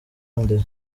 nde